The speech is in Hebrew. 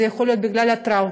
זה יכול להיות בגלל טראומה,